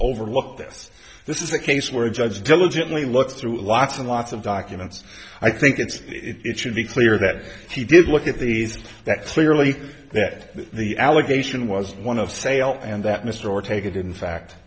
overlooked this this is a case where a judge diligently looks through lots and lots of documents i think it's it should be clear that he did look at these that clearly that the allegation was one of sale and that mr or take it in fact